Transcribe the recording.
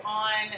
on